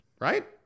Right